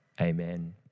amen